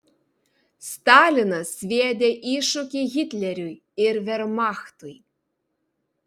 stalinas sviedė iššūkį hitleriui ir vermachtui